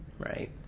Right